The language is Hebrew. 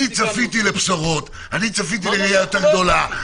אני ציפיתי לפשרות, אני ציפיתי לראייה יותר גדולה.